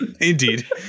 Indeed